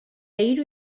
hiru